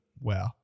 Wow